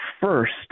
First